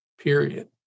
period